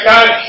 God